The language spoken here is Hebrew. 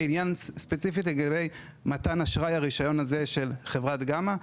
ספציפית לגבי העניין של רישיון מתן האשראי של חברת גמא,